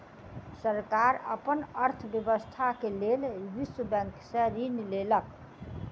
सरकार अपन अर्थव्यवस्था के लेल विश्व बैंक से ऋण लेलक